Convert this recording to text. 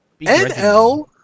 NL